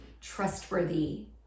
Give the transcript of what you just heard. trustworthy